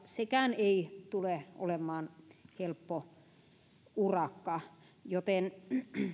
sekään ei tule olemaan helppo urakka joten